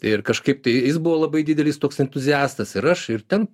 ir kažkaip tai jis buvo labai didelis toks entuziastas ir aš ir ten